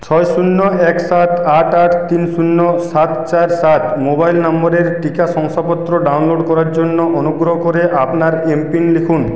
ছয় শূন্য এক সাত আট আট তিন শূন্য সাত চার সাত মোবাইল নম্বরের টিকা শংসাপত্র ডাউনলোড করার জন্য অনুগ্রহ করে আপনার এমপিন লিখুন